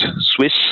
Swiss